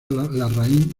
larraín